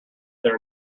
their